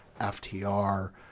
FTR